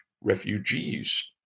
refugees